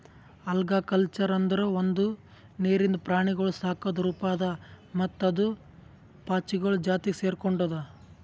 algaculture ಅಂದುರ್ ಒಂದು ನೀರಿಂದ ಪ್ರಾಣಿಗೊಳ್ ಸಾಕದ್ ರೂಪ ಅದಾ ಮತ್ತ ಅದು ಪಾಚಿಗೊಳ್ ಜಾತಿಗ್ ಸೆರ್ಕೊಂಡುದ್